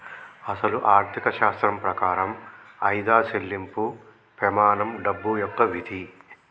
అసలు ఆర్థిక శాస్త్రం ప్రకారం ఆయిదా సెళ్ళింపు పెమానం డబ్బు యొక్క విధి